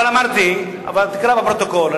תקרא את הפרוטוקול.